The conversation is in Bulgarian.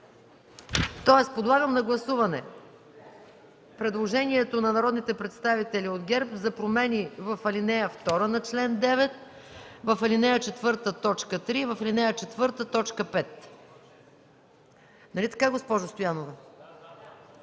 т. 2. Подлагам на гласуване предложението на народните представители от ГЕРБ за промени в ал. 2 на чл. 9, в ал. 4, т. 3 и в ал. 4, т. 5. Нали така, госпожо Стоянова?